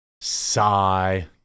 Sigh